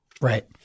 Right